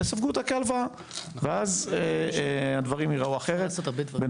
אני מבקש, אני באמצע סיכום, וזה הסיכום שלנו.